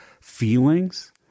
feelings